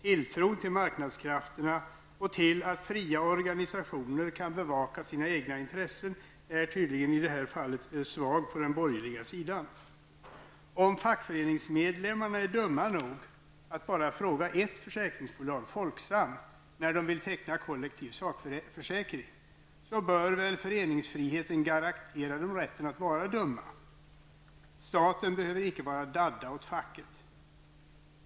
Tilltron till marknadskrafterna och till att fria organisationer kan bevaka sina egna intressen är tydligen i det här fallet svag på den borgerliga sidan. Om fackföreningsmedlemmarna är dumma nog att bara fråga ett försäkringsbolag -- Folksam -- när de vill teckna kollektiv sakförsäkring, bör väl föreningsfriheten garantera dem rätten att vara dumma. Staten behöver inte vara dadda åt facket.